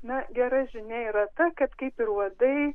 na gera žinia yra ta kad kaip ir uodai